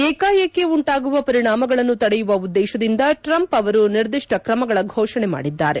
ಏಕಾಏಕಿ ಉಂಟಾಗುವ ಪರಿಣಾಮಗಳನ್ನು ತಡೆಯುವ ಉದ್ದೇಶದಿಂದ ಟ್ರಂಪ್ ಅವರು ನಿರ್ದಿಷ್ಟ ಕ್ರಮಗಳ ಘೋಷಣೆ ಮಾಡಿದ್ದಾರೆ